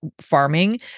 farming